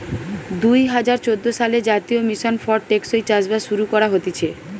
দুই হাজার চোদ্দ সালে জাতীয় মিশন ফর টেকসই চাষবাস শুরু করা হতিছে